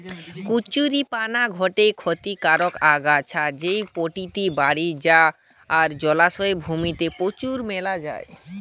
কচুরীপানা গটে ক্ষতিকারক আগাছা যা পটকি বাড়ি যায় আর জলা জমি তে প্রচুর মেলি যায়